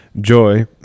Joy